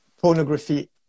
pornography